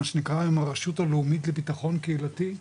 עם הרשות הלאומים לביטחון קהילתי,